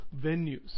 venues